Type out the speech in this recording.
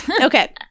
Okay